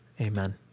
Amen